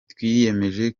twiyemeje